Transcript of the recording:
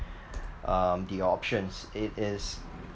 um the options it is